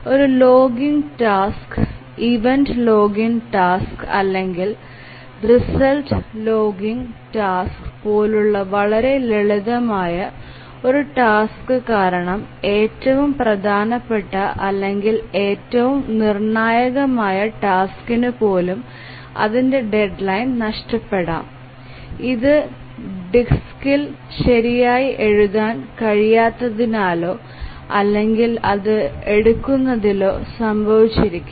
ഒരു logging task event logging task അല്ലെങ്കിൽ result logging task പോലുള്ള വളരെ ലളിതമായ ഒരു ടാസ്ക് കാരണം ഏറ്റവും പ്രധാനപ്പെട്ട അല്ലെങ്കിൽ ഏറ്റവും നിർണായകമായ ടാസ്കിനു പോലും അതിന്റെ ഡെഡ്ലൈൻ നഷ്ടപ്പെടാം ഇത് ഡിസ്കിൽ ശരിയായി എഴുതാൻ കഴിയാത്തതിനാലോ അല്ലെങ്കിൽ അത് എടുക്കുന്നതിനാലോ സംഭവിച്ചിരിക്കാം